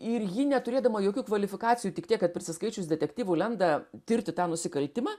ir ji neturėdama jokių kvalifikacijų tik tiek kad prisiskaičius detektyvų lenda tirti tą nusikaltimą